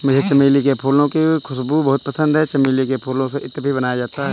मुझे चमेली के फूलों की खुशबू बहुत पसंद है चमेली के फूलों से इत्र भी बनाया जाता है